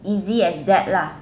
easy as that lah